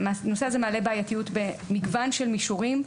הנושא הזה מעלה בעייתיות במגוון של מישורים.